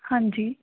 ਹਾਂਜੀ